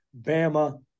Bama